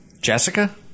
Jessica